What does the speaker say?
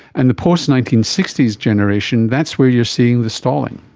and the post nineteen sixty s generation, that's where you are seeing the stalling.